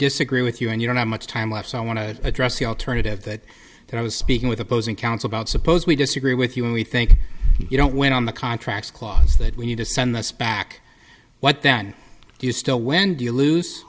disagree with you and you don't have much time lapse i want to address the alternative that i was speaking with opposing counsel about suppose we disagree with you and we think you don't win on the contract clause that we need to send this back what that is still when you lose